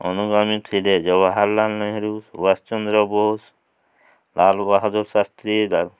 ଅନୁଗାମୀ ଥିଲେ ଜବାହରଲାଲ୍ ନେହେରୁ ସୁଭାଷ ଚନ୍ଦ୍ର ବୋଷ ଲାଲ୍ ବହାଦୁର୍ ଶାସ୍ତ୍ରୀ